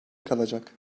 kalacak